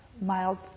mild